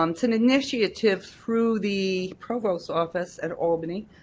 um it's an initiative through the provost office at albany.